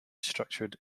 structured